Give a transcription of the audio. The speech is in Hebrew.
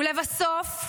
לבסוף,